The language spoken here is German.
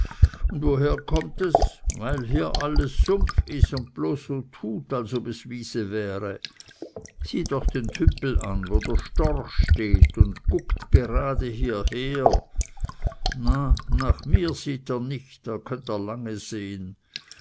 und woher kommt es weil hier alles sumpf is und bloß so tut als ob es wiese wäre sieh doch den tümpel an wo der storch steht und kuckt gerade hierher na nach mir sieht er nich da könnt er lange sehn